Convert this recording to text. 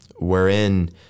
wherein